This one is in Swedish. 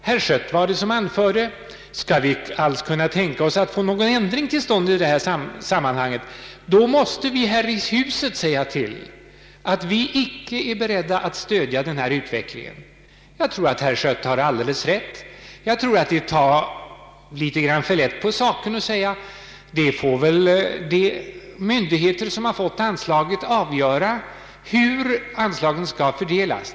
Herr Schött framhöll att skall vi alls kunna tänka oss att få någon ändring till stånd i detta sammanhang, måste vi här i huset säga till att vi icke är beredda att stödja denna utveckling. Jag tror att herr Schött har alldeles rätt. Det är att ta för lätt på saken att säga att de myndigheter som har fått anslag får avgöra hur anslagen skall fördelas.